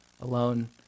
alone